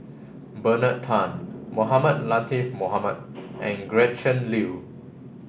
Bernard Tan Mohamed Latiff Mohamed and Gretchen Liu